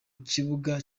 kibuga